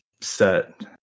set